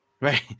Right